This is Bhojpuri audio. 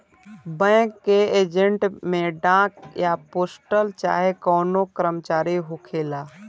बैंक के एजेंट में डाक या पोस्टल चाहे कवनो कर्मचारी होखेला